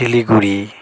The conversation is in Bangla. শিলিগুড়ি